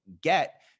get